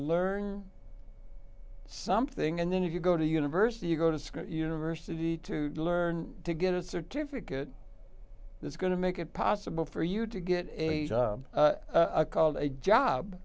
learn something and then if you go to university you go to school university to learn to get a certificate that's going to make it possible for you to get a job a called a job